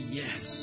yes